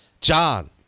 John